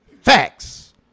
Facts